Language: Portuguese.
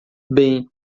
bem